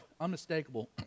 unmistakable